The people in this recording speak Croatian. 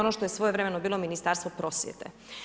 Ono što je svojevremeno bilo Ministarstvo prosvjete.